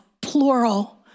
plural